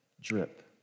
drip